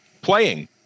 playing